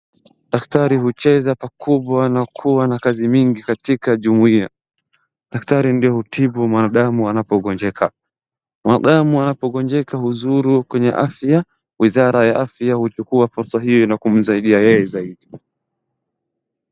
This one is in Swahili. Daktari hucheza pakubwa na kuwa na kazi mingi katika jumuia. Daktari ndio hutibu mwanadamu anapogonjeka. Wanadamu anapogonjeka huzuiliwa kwenye afya, wizara ya afya huchukua fursa hiyo na kumsaidia yeye zaidi.